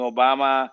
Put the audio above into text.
Obama